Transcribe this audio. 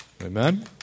Amen